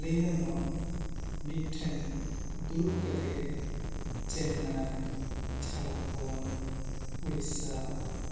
ᱞᱟᱹᱭ ᱜᱟᱱᱚᱜᱼᱟ ᱢᱤᱫ ᱴᱷᱮᱱ ᱫᱩᱲᱩᱵ ᱠᱟᱛᱮ ᱜᱮ ᱪᱮᱱᱱᱟᱭ ᱡᱷᱟᱲᱠᱷᱚᱸᱰ ᱳᱰᱤᱥᱟ